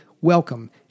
welcome